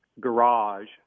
garage